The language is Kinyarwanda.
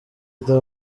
the